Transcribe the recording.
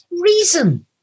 reason